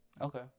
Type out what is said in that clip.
Okay